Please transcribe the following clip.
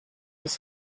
was